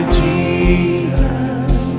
jesus